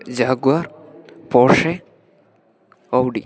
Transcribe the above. jaguar Porsche Audi